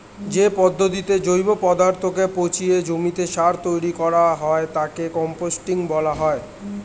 যে পদ্ধতিতে জৈব পদার্থকে পচিয়ে জমিতে সার তৈরি করা হয় তাকে কম্পোস্টিং বলা হয়